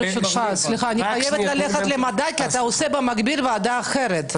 אני חייבת ללכת לוועדת מדע כי אתה עושה במקביל ועדה אחרת.